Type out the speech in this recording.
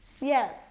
yes